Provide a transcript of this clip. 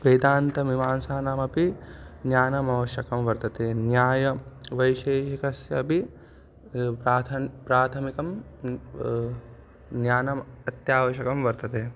वेदान्तमीमांसानामपि ज्ञानम् आवश्यकं वर्तते न्याय वैशेशिकस्य अपि प्राथमिकं ज्ञानम् अत्यावश्यकं वर्तते